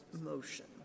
motion